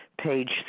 page